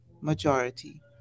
majority